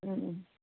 अँ अँ